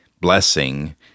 blessing